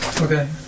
Okay